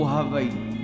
Hawaii